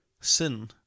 Sin